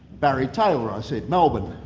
barry taylor, i said, melbourne.